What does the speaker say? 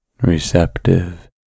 receptive